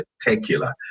spectacular